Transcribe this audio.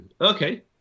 Okay